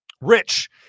Rich